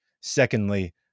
Secondly